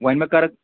وۄنۍ ما کَرَکھ